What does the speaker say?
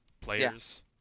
players